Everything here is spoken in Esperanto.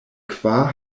kvar